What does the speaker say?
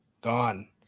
Gone